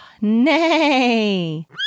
Nay